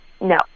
no